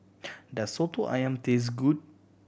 does Soto Ayam taste good